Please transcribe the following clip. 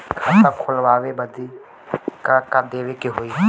खाता खोलावे बदी का का देवे के होइ?